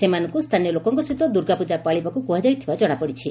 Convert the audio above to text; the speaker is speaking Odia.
ସେମାନଙ୍କୁ ସ୍ଥାନୀୟ ଲୋକଙ୍କ ସହିତ ଦୁର୍ଗାପ୍ଟକା ପାଳିବାକୁ କୁହାଯାଇଥିବା କଶାପଡ଼ିଛି